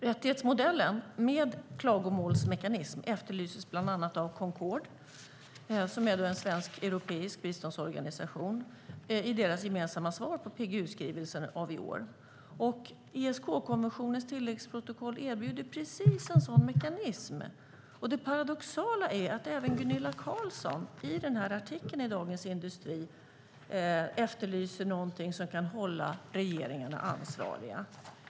Rättighetsmodellen med klagomålsmekanism efterlyses bland annat av Concord, en svensk-europeisk biståndsorganisation, i deras gemensamma svar på PGU-skrivelsen av i år. ESK-konventionens tilläggsprotokoll erbjuder precis en sådan mekanism. Det paradoxala är att även Gunilla Carlsson i artikeln i Dagens Industri efterlyser något som kan hålla regeringarna ansvariga.